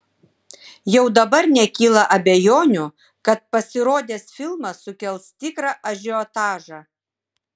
jau dabar nekyla abejonių kad pasirodęs filmas sukels tikrą ažiotažą